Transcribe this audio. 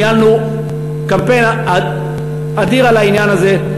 וניהלנו קמפיין אדיר על העניין הזה,